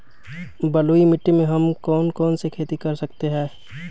बलुई मिट्टी में हम कौन कौन सी खेती कर सकते हैँ?